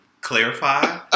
clarify